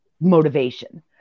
motivation